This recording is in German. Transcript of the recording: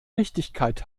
richtigkeit